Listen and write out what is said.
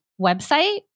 website